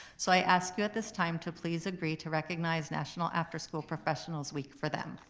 so i ask you at this time to please agree to recognize national after school professionals week for them.